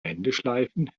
wendeschleifen